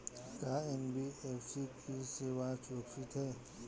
का एन.बी.एफ.सी की सेवायें सुरक्षित है?